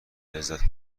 لذت